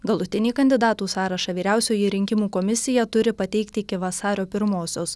galutinį kandidatų sąrašą vyriausioji rinkimų komisija turi pateikti iki vasario pirmosios